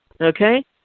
Okay